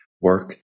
work